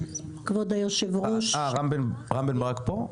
רם בן ברק פה?